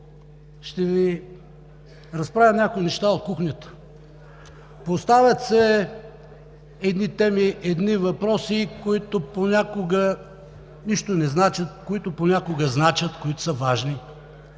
ще Ви разправя някои неща от кухнята. Поставят се едни теми, едни въпроси, които понякога нищо не значат, които понякога значат, които са важни,